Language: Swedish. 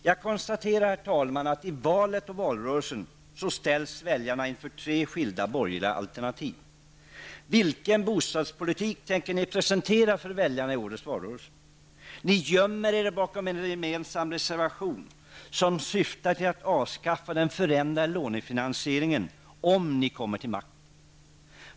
Jag konstaterar att i valet och valrörelsen ställs väljarna inför tre skilda borgerliga alternativ. Vilken bostadspolitik tänker ni presentera för väljarna i årets valrörelse? Ni gömmer er bakom en gemensam reservation som syftar till att avskaffa den förändrade lånefinansieringen om ni kommer till makten.